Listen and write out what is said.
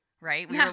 right